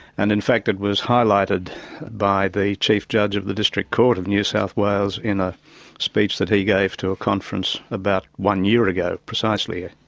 and in fact it was highlighted by the chief judge of the district court of new south wales in a speech that he gave to a conference about one year ago, precisely.